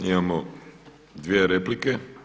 Imamo dvije replike.